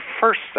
first